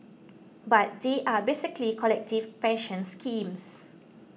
but they are basically collective pension schemes